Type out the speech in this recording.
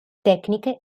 tecniche